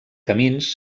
camins